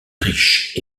riche